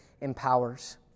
empowers